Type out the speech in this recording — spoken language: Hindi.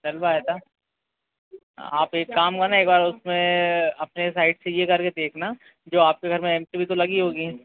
डलवाया था आप एक काम करो ना एक बार उस में अपने साइड से ये कर के देखना जो आप के घर में एम सी वी तो लगी होगी